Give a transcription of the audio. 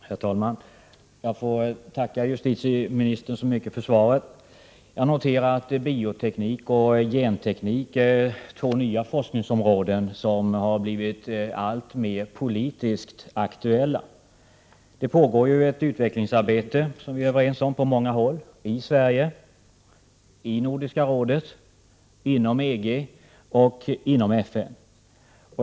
Herr talman! Jag får tacka justitieministern så mycket för svaret. Jag noterar att bioteknik och genteknik är två nya forskningsområden som blivit alltmer politiskt aktuella. Det pågår ett utvecklingsarbete som vi är överens om på många håll i Sverige, i Nordiska rådet, inom EG och inom FN.